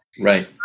Right